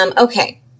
okay